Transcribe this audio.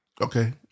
Okay